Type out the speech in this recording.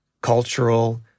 cultural